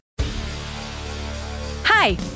Hi